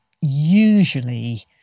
usually